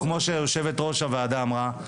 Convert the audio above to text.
כמו שיושבת-ראש הוועדה אמרה,